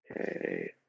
Okay